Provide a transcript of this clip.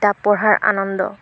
তাত পঢ়াৰ আনন্দ